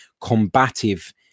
combative